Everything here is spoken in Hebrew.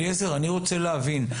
אליעזר, אני רוצה להבין.